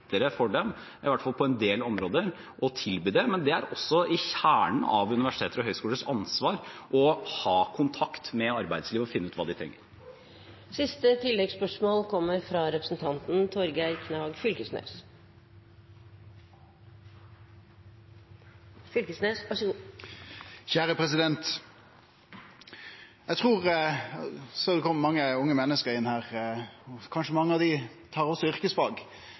for dem å tilby det, i hvert fall på en del områder. Men det er også i kjernen av universiteters og høyskolers ansvar å ha kontakt med arbeidslivet og finne ut hva det trenger. Torgeir Knag Fylkesnes – til oppfølgingsspørsmål. Eg såg det kom mange unge menneske inn her, og kanskje mange av dei også tar yrkesfag.